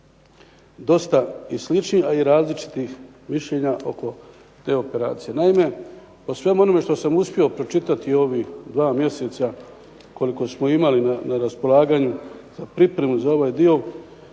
dosta i sličnih, a i različitih mišljenja oko te operacije. Naime, po svemu onome što sam uspio pročitati u ovih 2 mjeseca koliko smo imali na raspolaganju za pripremu za ovaj dio,